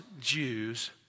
Jews